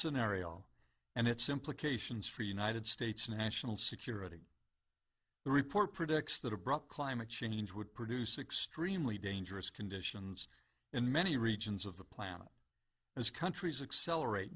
scenario and its implications for united states national security the report predicts that abrupt climate change would produce extremely dangerous conditions in many regions of the planet as countries accelerate